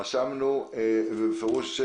ורשמנו אותם לפנינו.